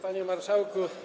Panie Marszałku!